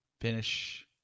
Finish